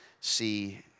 see